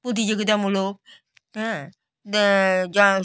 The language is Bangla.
প্রতিযোগিতামূলক হ্যাঁ যা